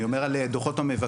אני אומר על דוחות המבקר,